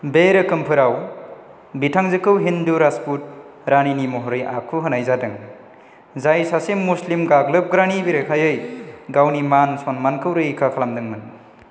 बे रोखोमफोराव बिथांजोखौ हिन्दु राजपूत रानीनि महरै आखु होनाय जादों जाय सासे मुस्लिम गाग्लोबग्रानि बेरेखायै गावनि मान सन्मानखौ रैखा खालामदों मोन